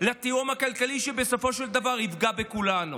לתהום הכלכלית שבסופו של דבר תפגע בכולנו.